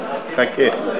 חכה,